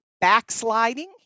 backsliding